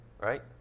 right